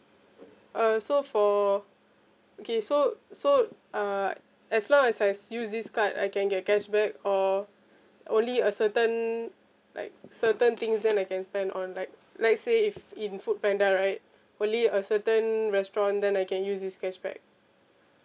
uh so for okay so so uh as long as I use this card I can get cashback or only a certain like certain things then I can spend on like let's say if in foodpanda right only a certain restaurant then I can use this cashback